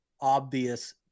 obvious